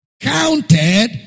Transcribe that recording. Counted